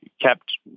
kept